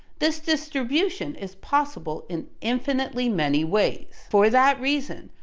this distribution is possible in infinitely many ways. for that reason,